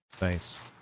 Nice